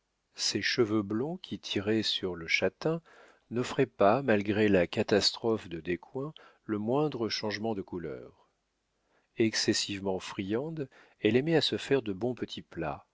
ses cheveux blonds qui tiraient sur le châtain n'offraient pas malgré la catastrophe de descoings le moindre changement de couleur excessivement friande elle aimait à se faire de bons petits plats